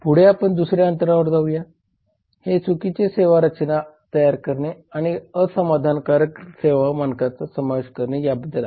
पुढे आपण दुसऱ्या अंतरावर जाऊया हे चुकीच्या सेवा रचना ९service design तयार करणे आणि असमाधानकारक सेवा मानकांचा समावेश करणे याबद्दल आहे